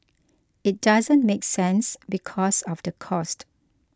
it doesn't make sense because of the cost